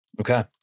Okay